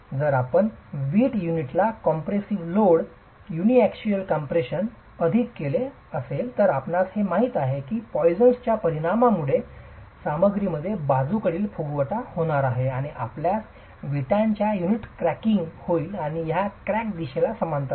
जर आपण वीट युनिटला कॉम्प्रेशिव्ह लोड युनीअक्षीयल कम्प्रेशनला अधीन केले असेल तर आपणास हे माहित आहे की पॉइसनच्या Poisson's परिणामामुळे सामग्रीमध्ये बाजूकडील फुगवटा होणार आहे आणि आपल्यास विटांच्या युनिटमध्ये क्रॅकिंग होईल आणि या क्रॅकच्या दिशेला समांतर आहेत